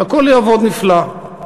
והכול יעבוד נפלא.